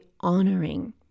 honoring